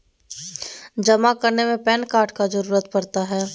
जमा करने में पैन कार्ड की जरूरत पड़ता है?